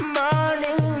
morning